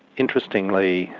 interestingly,